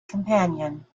companion